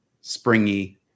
Springy